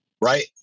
right